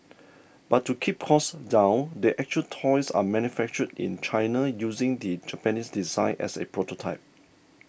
but to keep costs down the actual toys are manufactured in China using the Japanese design as a prototype